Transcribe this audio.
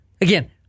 Again